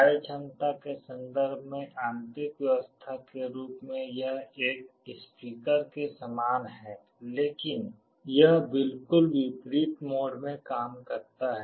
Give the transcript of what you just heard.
कार्यक्षमता के संदर्भ में आंतरिक व्यवस्था के रूप में यह एक स्पीकर के समान है लेकिन यह बिल्कुल विपरीत मोड में काम करता है